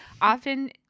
often